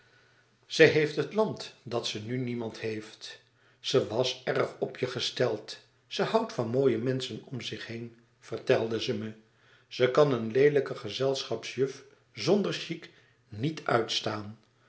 ze heeft het land dat ze nu niemand heeft ze was erg op je gesteld ze houdt van mooie menschen om zich heen vertelde ze me ze kan een leelijke gezelschapsjuf zonder chic niet uitstaan